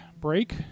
break